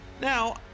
now